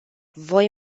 voi